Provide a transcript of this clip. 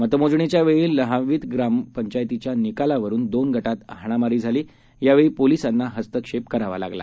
मतमोजणीच्यावेळीलहवीतग्रामपंचायतीच्यानिकालावरूनदोनगटातहा णामारीझालीयावेळीपोलिसांनाहस्तक्षेपकरावालागला